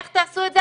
איך תעשו את זה?